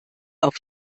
auf